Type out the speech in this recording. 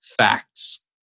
facts